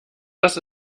das